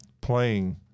playing